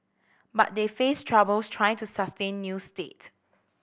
but they face troubles trying to sustain new state